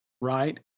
Right